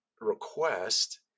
request